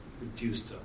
reduced